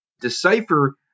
decipher